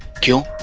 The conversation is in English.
kill